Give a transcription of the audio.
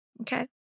Okay